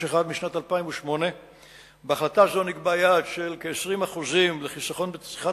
משנת 2008. בהחלטה זו נקבע יעד של כ-20% לחיסכון בצריכת